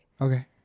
Okay